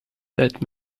that